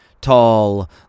tall